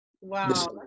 Wow